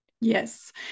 Yes